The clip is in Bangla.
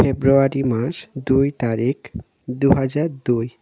ফেব্রুয়ারি মাস দুই তারিখ দু হাজার দুই